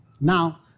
now